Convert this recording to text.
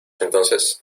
entonces